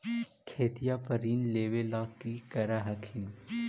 खेतिया पर ऋण लेबे ला की कर हखिन?